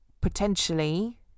potentially